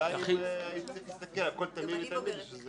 השאלה האם צריך להסתכל על כל תלמיד ותלמיד --- מסלול.